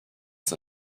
sind